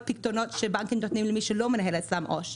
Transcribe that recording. פיקדונות שבנקים נותנים למי שלא מנהל אצלם עו"ש,